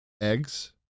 Eggs